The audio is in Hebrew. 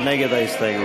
מי נגד ההסתייגות?